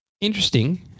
Interesting